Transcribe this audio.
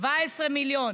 17 מיליון.